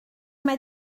mae